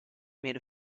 made